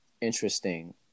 interesting